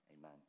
Amen